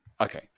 okay